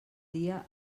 dia